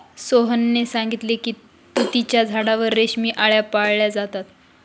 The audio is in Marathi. सोहनने सांगितले की तुतीच्या झाडावर रेशमी आळया पाळल्या जातात